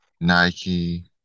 Nike